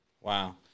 Wow